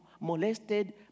molested